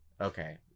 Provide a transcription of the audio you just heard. okay